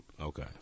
Okay